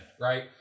right